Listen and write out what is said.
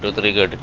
the wrong